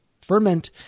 ferment